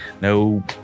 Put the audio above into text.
no